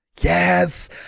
Yes